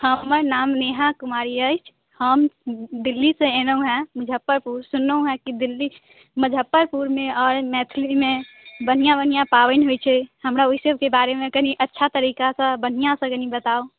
हमर नाम नेहा कुमारी अछि हम दिल्लीसँ एलहुँ हँ मुजफ्फरपुर सुनलहुँ हँ कि दिल्ली मुजफ्फरपुरमे आओर मैथिलीमे बढ़िआँ बढ़िआँ पाबनि होइत छै हमरा ओहि सबके बारेमे कनि अच्छा तरीकासँ बढ़िआँसँ कनि बताउ